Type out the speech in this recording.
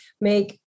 make